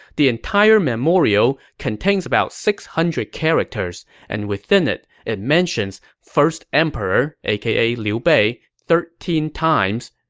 the entire memorial contains about six hundred characters, and within it, it mentions first emperor, aka liu bei, thirteen times,